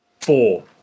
four